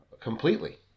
completely